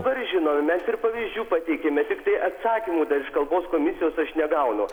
dabar žinome mes ir pavyzdžių pateikiame tiktai atsakymų iš kalbos komisijos aš negaunu